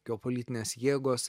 geopolitinės jėgos